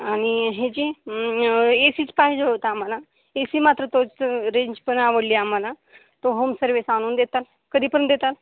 आणि हेची ए सीच पाहिजे होतं आम्हाला ए सी मात्र तोच रेंजपण आवडली आम्हाला तो होम सर्विस आणून देता कधी पण देता